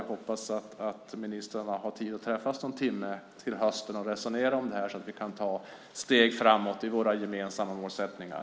Jag hoppas att ministrarna har tid att träffas någon timme till hösten och resonera om det här så att vi kan ta steg framåt i våra gemensamma målsättningar.